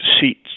seats